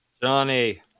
Johnny